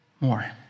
more